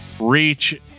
reach